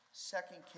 Second